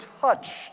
touched